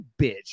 bitch